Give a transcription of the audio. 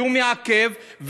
הוא מעכב,